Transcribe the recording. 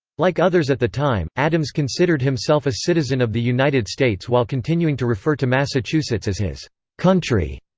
like others at the time, adams considered himself a citizen of the united states while continuing to refer to massachusetts as his country.